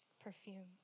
perfume